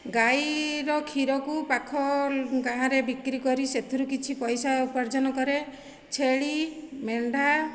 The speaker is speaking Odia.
ଗାଈର କ୍ଷୀରକୁ ପାଖ ଗାଁରେ ବିକ୍ରି କରି ସେଥିରୁ କିଛି ପଇସା ଉପାର୍ଜନ କରେ ଛେଳି ମେଣ୍ଢା